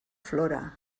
flora